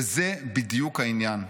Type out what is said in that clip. "וזה בדיוק העניין.